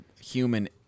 human